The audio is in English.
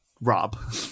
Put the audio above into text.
Rob